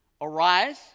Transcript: Arise